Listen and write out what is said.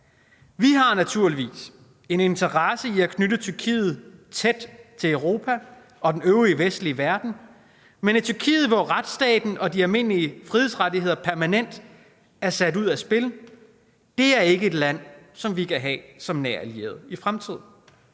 Vi har naturligvis en interesse i at knytte Tyrkiet tæt til Europa og den øvrige vestlige verden, men et Tyrkiet, hvor retsstaten og de almindelige frihedsrettigheder permanent er sat ud af spil, er ikke et land, som vi kan have som nær allieret i fremtiden.